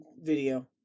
video